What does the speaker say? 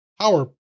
power